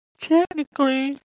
Technically